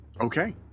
okay